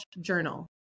journal